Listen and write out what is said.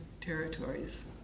territories